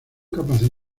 capaces